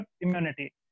immunity